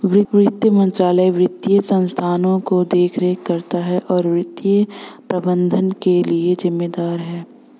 वित्त मंत्रालय वित्तीय संस्थानों की देखरेख करता है और वित्तीय प्रबंधन के लिए जिम्मेदार है